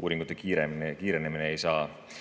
Uuringute kiirenemine ei saa